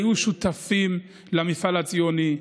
היו שותפים למפעל הציוני,